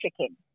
chicken